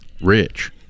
rich